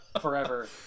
forever